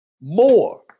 More